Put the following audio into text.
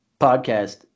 podcast